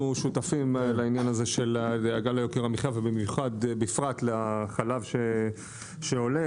שותפים לעניין הזה של גל יוקר המחיה ובפרט לחלב שעולה.